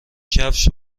کفش